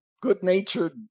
good-natured